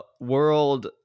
world